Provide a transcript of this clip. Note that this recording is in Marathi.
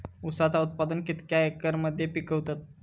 ऊसाचा उत्पादन कितक्या एकर मध्ये पिकवतत?